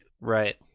right